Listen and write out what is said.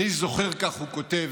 כך הוא כותב